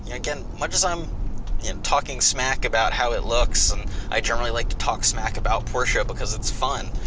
yeah again much as i'm talking smack about how it looks and i generally like to talk smack about porsche because it's fun.